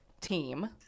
team